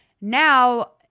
Now